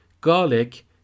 garlic